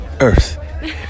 earth